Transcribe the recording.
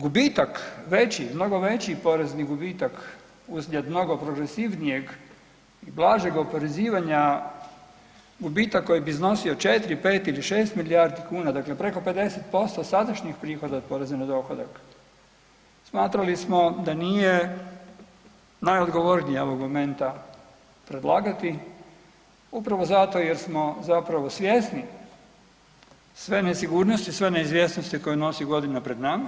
Gubitak veći mnogo veći porezni gubitak uslijed mnogo progresivnijeg i blažeg oporezivanja, gubitak koji bi iznosio 4, 5 ili 6 milijardi kuna dakle preko 50% sadašnjih prihoda od poreza na dohodak smatrali smo da nije najodgovornije ovog momenta predlagati upravo zato jer smo zapravo svjesni sve nesigurnosti i sve neizvjesnosti koje nosi godina pred nama